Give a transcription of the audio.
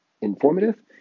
informative